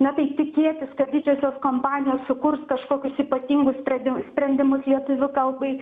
na tai tikėtis kad didžiosios kompanijos sukurs kažkokius ypatingus spredi sprendimus lietuvių kalbai